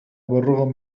بالرغم